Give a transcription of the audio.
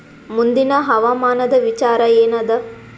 ಮುಂದಿನ ಹವಾಮಾನದ ವಿಚಾರ ಏನದ?